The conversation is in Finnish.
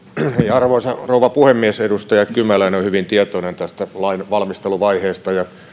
arvoisa rouva puhemies edustaja kymäläinen on hyvin tietoinen tästä lain valmisteluvaiheesta